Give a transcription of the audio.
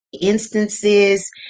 instances